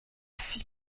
six